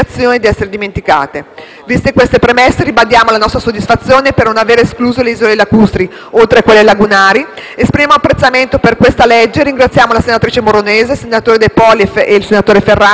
Viste queste premesse, ribadiamo la nostra soddisfazione per non aver escluso le isole lacustri, oltre a quelle lagunari, esprimiamo apprezzamento per questo provvedimento e ringraziamo la senatrice Moronese e i senatori De Poli e Ferrazzi, in quanto primi firmatari